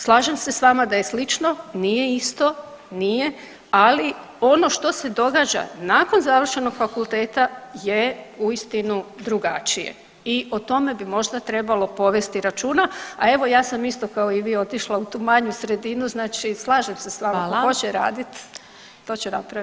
Slažem se s vama da je slično, nije isto, nije, ali ono što se događa nakon završenog fakulteta je uistinu drugačije i o tome bi možda trebalo povesti računa, a evo ja sam isto kao i vi otišla u tu manju sredinu znači slažem se s vama ko hoće radit to će napravit.